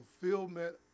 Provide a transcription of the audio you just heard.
fulfillment